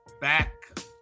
back